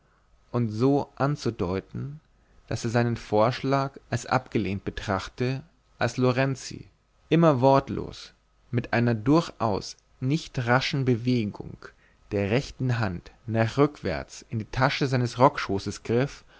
und so anzudeuten daß er seinen vorschlag als abgelehnt betrachte als lorenzi immer wortlos mit einer durchaus nicht raschen bewegung der rechten hand nach rückwärts in die tasche seines rockschoßes griff